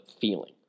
feeling